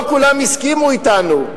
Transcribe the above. לא כולם הסכימו אתנו,